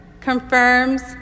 confirms